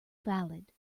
valid